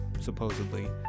supposedly